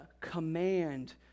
command